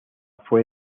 fue